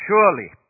Surely